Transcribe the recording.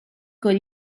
con